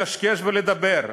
לקשקש ולדבר.